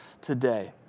today